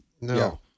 no